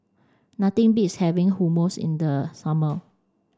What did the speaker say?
nothing beats having Hummus in the summer